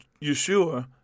Yeshua